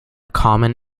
common